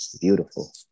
Beautiful